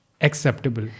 acceptable